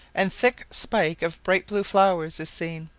and thick spike of bright blue flowers, is seen.